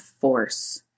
force